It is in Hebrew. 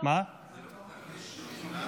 אני לא ויתרתי.